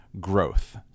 growth